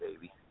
baby